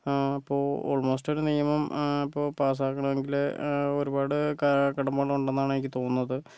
ഇപ്പൊൾ ഓൾമോസ്റ്റ് ഒരു നിയമം ഇപ്പോ പാസാക്കാണെങ്കിൽ ഒരുപാട് കാലകടമ്പകൾ ഉണ്ടെന്നാണ് എനിക്ക് തോന്നുന്നത്